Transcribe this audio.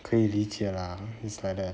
可以理解 lah is like that